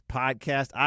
podcast